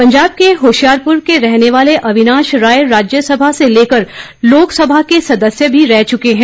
पंजाब के होशियारपुर के रहने वाले अविनाश राय राज्य सभा से लेकर लोकसभा के सदस्य भी रह चुके हैं